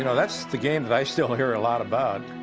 you know that's the game that i still hear a lot about.